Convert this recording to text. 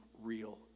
real